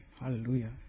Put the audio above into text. Hallelujah